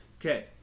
Okay